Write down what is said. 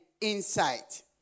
insight